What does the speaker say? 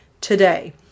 today